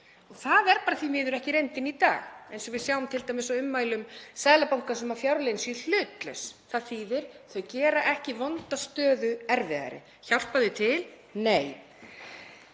Það er bara því miður ekki reyndin í dag eins og við sjáum t.d. á ummælum Seðlabankans um að fjárlögin séu hlutlaus. Það þýðir: Þau gera ekki vonda stöðu erfiðari. Hjálpa þau til? Nei.